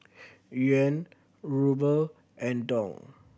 Yuan Ruble and Dong